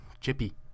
Chippy